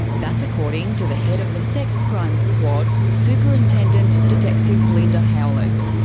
that's according to the head of the sex crimes squad superintendent detective linda howlett.